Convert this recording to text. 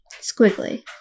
Squiggly